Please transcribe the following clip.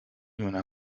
una